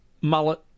Mullet